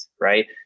Right